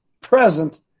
present